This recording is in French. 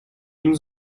nous